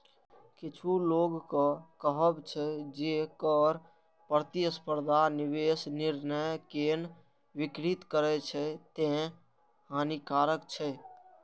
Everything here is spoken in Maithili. किछु लोकक कहब छै, जे कर प्रतिस्पर्धा निवेश निर्णय कें विकृत करै छै, तें हानिकारक छै